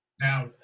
Now